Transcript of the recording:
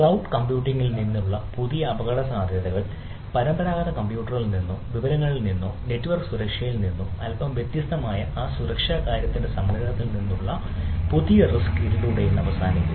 cloud കമ്പ്യൂട്ടിംഗിൽ നിന്നുള്ള പുതിയ അപകടസാധ്യതകൾ പരമ്പരാഗത കമ്പ്യൂട്ടറിൽ നിന്നോ വിവരങ്ങളിൽ നിന്നോ നെറ്റ്വർക്ക് സുരക്ഷയിൽ നിന്നോ അല്പം വ്യത്യസ്തമായ ആ സുരക്ഷാ കാര്യത്തിന്റെ സംഗ്രഹത്തിൽ നിന്നുള്ള പുതിയ റിസ്ക് ഇതിലൂടെ ഇന്ന് അവസാനിപ്പിക്കും